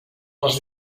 les